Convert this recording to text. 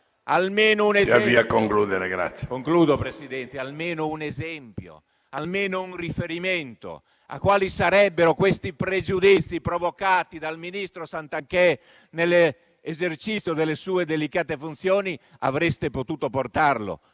Almeno un esempio, almeno un riferimento a quali sarebbero questi pregiudizi provocati dal ministro Garnero Santanchè nell'esercizio delle sue delicate funzioni, avreste potuto portarlo.